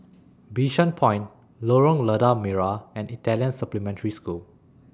Bishan Point Lorong Lada Merah and Italian Supplementary School